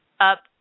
up